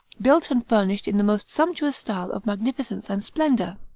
built and furnished in the most sumptuous style of magnificence and splendor.